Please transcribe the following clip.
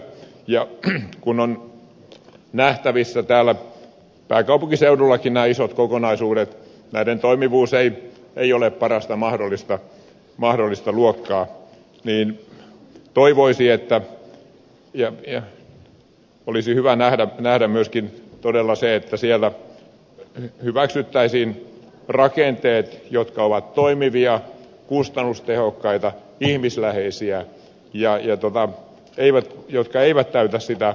kun on nähtävissä täällä pääkaupunkiseudullakin että näiden isojen kokonaisuuksien toimivuus ei ole parasta mahdollista luokkaa niin toivoisi ja olisi hyvä nähdä myöskin todella se että siellä hyväksyttäisiin rakenteet jotka ovat toimivia kustannustehokkaita ihmisläheisiä mutta eivät täytä sitä väestömäärää